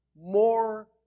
more